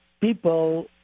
people